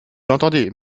l’entendez